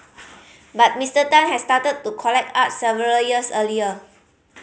but Mister Tan had started to collect art several years earlier